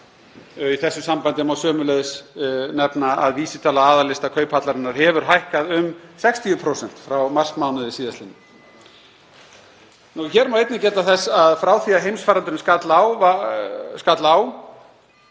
Í þessu sambandi má sömuleiðis nefna að vísitala aðallista Kauphallarinnar hefur hækkað um 60% frá marsmánuði síðastliðnum. Hér má einnig geta þess að frá því að heimsfaraldur skall á hafa